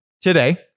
today